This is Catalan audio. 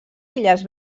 illes